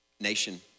nation